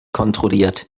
kontrolliert